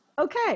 Okay